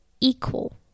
equal